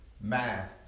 math